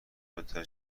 بطور